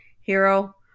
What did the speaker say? hero